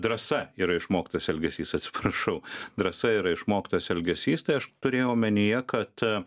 drąsa yra išmoktas elgesys atsiprašau drąsa yra išmoktas elgesys tai aš turėjau omenyje kad